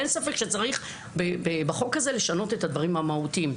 אין ספק שצריך בחוק הזה לשנות את הדברים המהותיים.